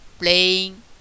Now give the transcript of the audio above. playing